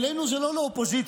"אלינו" זה לא לאופוזיציה,